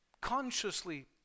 Consciously